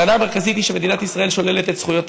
הטענה המרכזית היא שמדינת ישראל שוללת את זכויות